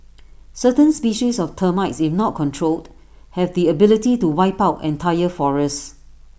certain species of termites if not controlled have the ability to wipe out entire forests